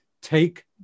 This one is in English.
take